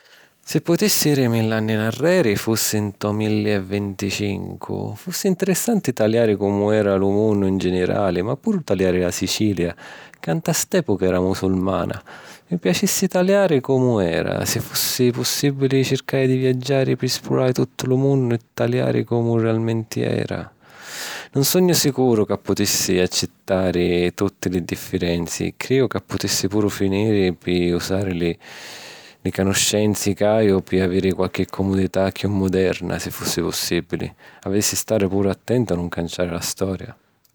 Si putissi jiri mill’anni nnarreri, fussi nto milli e vinticincu. Fussi ‘nterissanti taliari comu era lu munnu ‘n ginirali, ma puru taliari la Sicilia ca nta st'èpuca era musulmana. Mi piacissi taliari comu era. Si fussi pussìbili circari di viaggiari pi esplurari tuttu lu munnu e taliari comu realmenti era. Nun sugnu sicuru ca putissi accittari tutti li diffirenzi, criju ca putissi puru finiri pi usari li canuscenzi chi haju pi aviri qualchi cumudità chiù muderna, si fussi pussìbili. Avissi a stari puru attentu a nun canciari la storia...